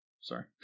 sorry